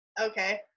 okay